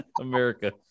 America